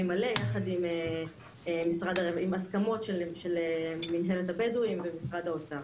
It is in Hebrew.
מלא יחד עם הסכמות של מנהלת הבדואים ומשרד האוצר.